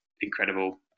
incredible